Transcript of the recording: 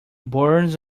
burns